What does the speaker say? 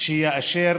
שיאשר